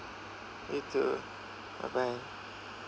you too bye bye